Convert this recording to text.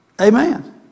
Amen